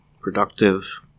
productive